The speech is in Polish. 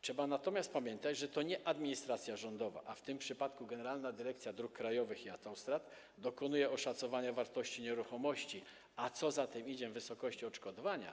Trzeba natomiast pamiętać, że to nie administracja rządowa, a w tym przypadku Generalna Dyrekcja Dróg Krajowych i Autostrad, dokonuje oszacowania wartości nieruchomości, a co za tym idzie - wysokości odszkodowania,